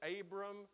Abram